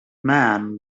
man